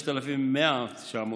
5,190.6,